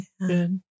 Good